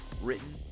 written